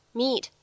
meet